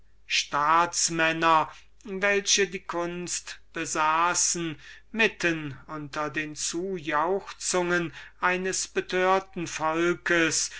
staats männer welche die kunst besaßen mitten unter den zujauchzungen eines betörten volks